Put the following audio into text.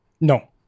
No